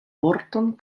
vorton